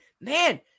man